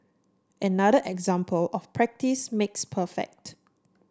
another example of practice makes perfect